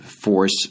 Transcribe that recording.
force